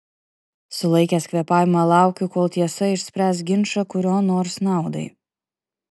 sulaikęs kvėpavimą laukiu kol tiesa išspręs ginčą kurio nors naudai